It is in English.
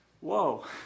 Whoa